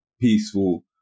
peaceful